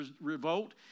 revolt